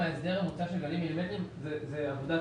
ההסדר המוצע של גלים מילימטריים הוא עבודת